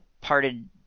parted